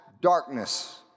Darkness